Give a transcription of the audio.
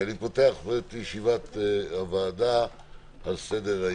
אני אקרא ואז אולי נסביר את השינויים.